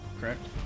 Correct